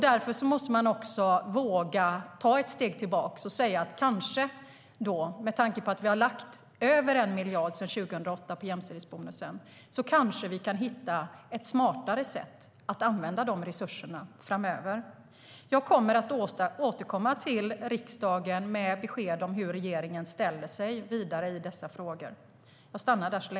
Därför måste vi våga ta ett steg tillbaka och säga att med tanke på att vi sedan 2008 lagt över 1 miljard på jämställdhetsbonusen kanske vi kan hitta ett smartare sätt att använda resurserna framöver.